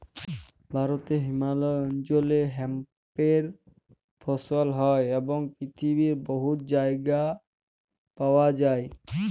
ভারতে হিমালয় অল্চলে হেম্পের ফসল হ্যয় এবং পিথিবীর বহুত জায়গায় পাউয়া যায়